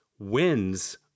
Wins